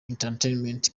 entertainment